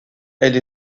elle